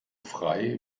frei